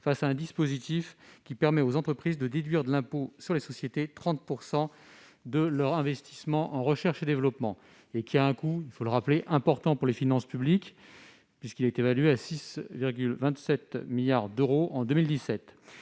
face à un dispositif qui permet aux entreprises de déduire de l'impôt sur les sociétés 30 % de leurs investissements en recherche et développement et qui, rappelons-le, a un coût élevé pour les finances publiques, évalué à 6,27 milliards d'euros en 2017.